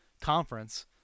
conference